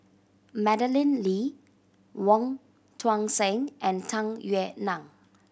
Madeleine Lee Wong Tuang Seng and Tung Yue Nang